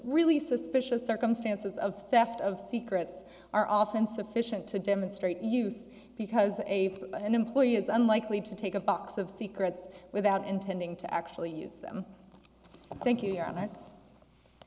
really suspicious circumstances of theft of secrets are often sufficient to demonstrate use because a an employee is unlikely to take a box of secrets without intending to actually use them thank